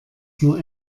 nur